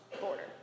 border